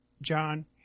John